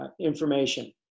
information